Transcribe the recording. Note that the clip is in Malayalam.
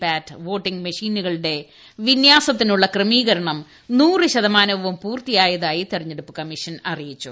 പാറ്റ് വോട്ടിങ്ങ് മെഷീനുകളുടെ വിന്യാസത്തിനുള്ള ക്രമീകരണം നൂറ് ശതമാനവും പൂർത്തിയായതായി തെരഞ്ഞെടുപ്പ് കമ്മീഷൻ അറിയിച്ചു